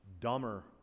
dumber